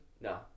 No